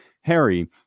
Harry